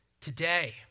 Today